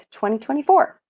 2024